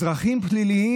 לאזרחים פליליים?